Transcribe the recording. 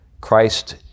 Christ